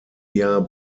jahr